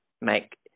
make